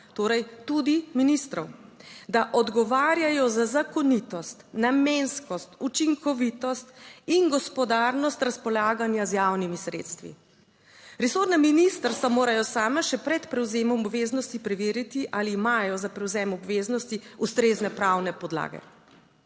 torej tudi ministrov, da odgovarjajo za zakonitost, namenskost, učinkovitost. In gospodarnost razpolaganja z javnimi sredstvi. Resorna ministrstva morajo sama še pred prevzemom obveznosti preveriti, ali imajo za prevzem obveznosti ustrezne pravne podlage.